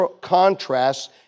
contrasts